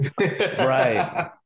right